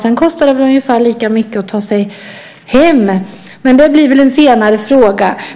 Sedan kostar det väl ungefär lika mycket att ta den hem. Men det blir väl en senare fråga.